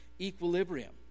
equilibrium